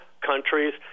countries